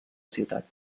ciutat